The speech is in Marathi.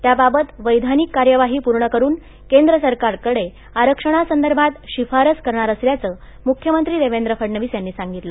त्याबाबत वध्यिनिक कार्यवाही पूर्ण करुन केंद्र सरकारकडे आरक्षणासदर्भात शिफारस करणार असल्याच मुख्यमंत्री देवेंद्र फडणवीस यांनी सांगितलं